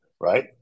right